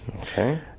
Okay